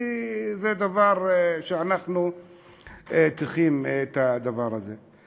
כי זה דבר, אנחנו צריכים את הדבר הזה.